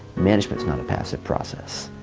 management's not a passive process.